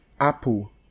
Apple